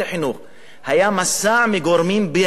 היה מסע מגורמים בימין,